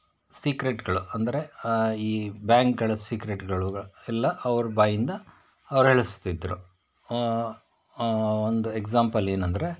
ಸೀಕ್ರೇಟ್ಗಳು ಅಂದರೆ ಆ ಈ ಬ್ಯಾಂಕ್ಗಳ ಸೀಕ್ರೇಟ್ಗಳು ಎಲ್ಲ ಅವ್ರ ಬಾಯಿಂದ ಹೊರಳಿಸುತ್ತಿದ್ರು ಒಂದು ಎಕ್ಸಾಂಪಲ್ ಏನಂದರೆ